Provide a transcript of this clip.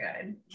good